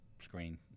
screen